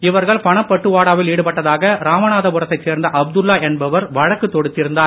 இவர்கள் பணபட்டுவாடாவில் ஈடுபட்டதாக ராமநாதபுரத்தை சேர்ந்த அப்துல்லா என்பவர் வழக்கு தொடுத்திருந்தார்